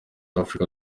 africa